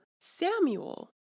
Samuel